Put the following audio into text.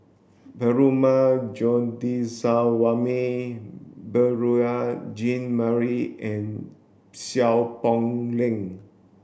Perumal Govindaswamy Beurel Jean Marie and Seow Poh Leng